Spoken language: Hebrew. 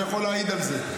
הוא יכול להעיד על זה.